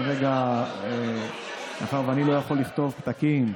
רגע, מאחר שאני לא יכול לכתוב פתקים,